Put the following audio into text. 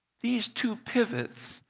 these two pivots,